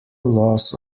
loss